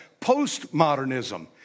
postmodernism